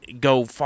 go